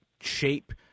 shape